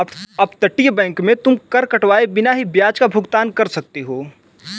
अपतटीय बैंक में तुम कर कटवाए बिना ही ब्याज का भुगतान कर सकते हो